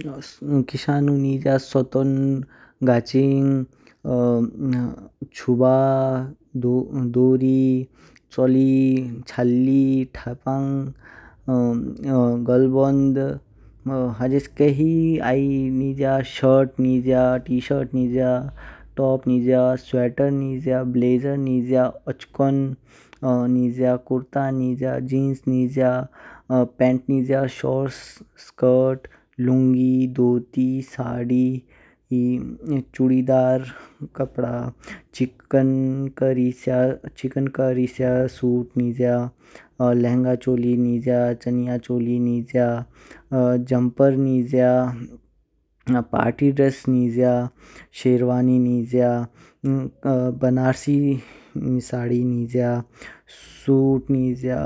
किशानु निज्य सोटोन, गाचिन, चुब्बा, डोरी, चोली, चल्ली, थेपांग, गोलबोंध, हेझके ही आई निज्य, शर्ट निज्य। टी-शर्ट निज्य, टॉप निज्य, स्वेटर निज्य, ब्लेजर निज्य, ओचकों निज्य, कूर्त्रा निज्य, जीन्स निज्य, पैंट निज्य। स्कर्ट, लुंगी, धोती, साड़ी, चूड़ीदार कपड़ा, चिकन कारी चिकन कारी स्य सूट निज्य। लहंगा-चोली निज्य, चनिया-चोली निज्य, जम्पर निज्य, पार्टी ड्रेस निज्य, शेरवानी निज्य, बनारसी साड़ी निज्य। सूट निज्य,